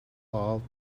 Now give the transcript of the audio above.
ought